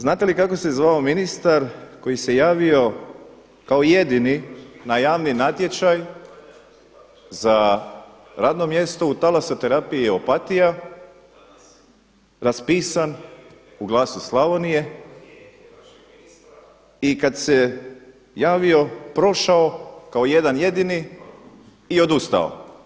Znate li kako se zvao ministar koji se javio kao jedini na javni natječaj za radnom mjesto u Talasoterapiji Opatija raspisan u „Glasu Slavonije“ i kad se javio prošao kao jedan jedini i odustao.